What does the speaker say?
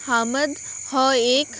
अहमद हो एक